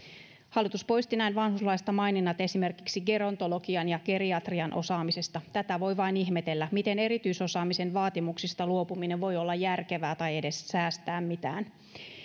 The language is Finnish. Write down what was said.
hallitus poisti näin vanhuslaista maininnat esimerkiksi gerontologian ja geriatrian osaamisesta tätä voi vain ihmetellä miten erityisosaamisen vaatimuksista luopuminen voi olla järkevää tai edes säästää mitään